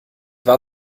war